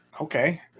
Okay